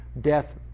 death